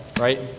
Right